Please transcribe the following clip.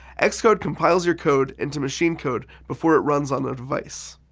and xcode compiles your code into machine code before it runs on a device.